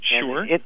Sure